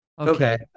Okay